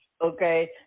okay